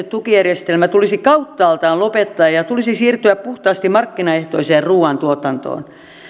tukijärjestelmä tulisi kauttaaltaan lopettaa ja ja tulisi siirtyä puhtaasti markkinaehtoiseen ruuantuotantoon